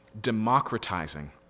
democratizing